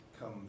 come